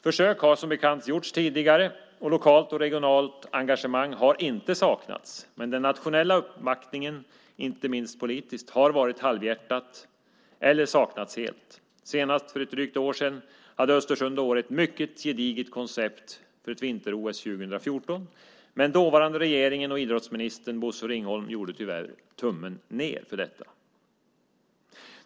Försök har som bekant gjorts tidigare, och lokalt och regionalt engagemang har inte saknats. Däremot har den nationella uppbackningen, inte minst politiskt, varit halvhjärtad eller saknats helt. Senast för ett drygt år sedan hade Östersund och Åre ett mycket gediget koncept för ett vinter-OS 2014, men dåvarande regeringen samt idrottsministern Bosse Ringholm gjorde tummen ned för detta.